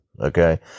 Okay